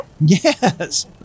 yes